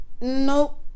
Nope